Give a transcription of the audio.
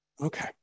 Okay